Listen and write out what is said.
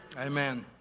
Amen